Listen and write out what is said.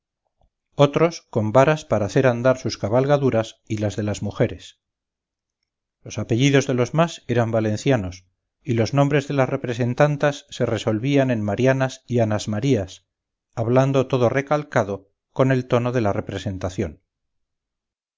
otros con varas para hacer andar sus cabalgaduras y las de las mujeres los apellidos de los más eran valencianos y los nombres de las representantas se resolvían en marianas y anas marías hablando todo recalcado con el tono de la representación